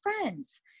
friends